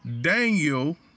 Daniel